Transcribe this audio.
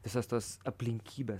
visos tos aplinkybės